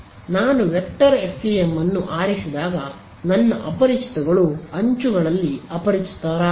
ನಾನು vector FEM ಅನ್ನು ಆರಿಸಿದಾಗ ನನ್ನ ಅಪರಿಚಿತಗಳು ಅಂಚುಗಳಲ್ಲಿ ಅಪರಿಚಿತರಾದವು